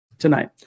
Tonight